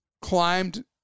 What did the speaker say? climbed